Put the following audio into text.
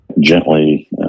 gently